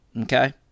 okay